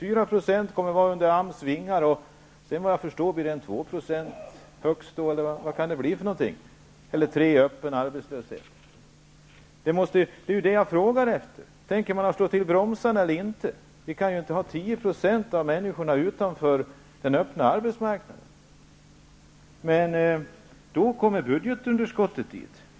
4 % kommer det att vara under AMS vingar, och sedan blir det, såvitt jag förstår, högst 2 eller 3 % öppen arbetslöshet. Det är ju detta jag frågar efter. Tänker man slå till bromsarna eller inte? Vi kan ju inte ha 10 % av människorna utanför den öppna arbetsmarknaden. Men då kommer budgetunderskottet in.